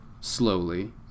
slowly